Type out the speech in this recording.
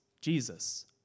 Jesus